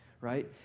right